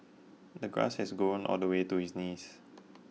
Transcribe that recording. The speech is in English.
the grass had grown all the way to his knees